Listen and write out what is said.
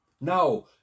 Now